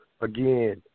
again